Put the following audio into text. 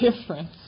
difference